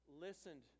listened